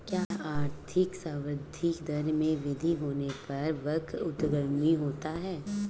क्या आर्थिक संवृद्धि दर में वृद्धि होने पर वक्र ऊर्ध्वगामी होता है?